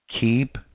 Keep